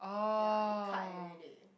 ya they cut and then they